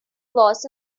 was